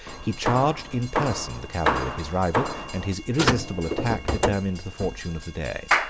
he charged in person the cavalry of his rival and his irresistible attack determined the fortune of the day.